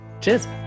Cheers